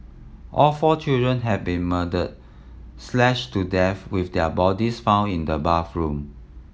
all four children had been murdered slashed to death with their bodies found in the bathroom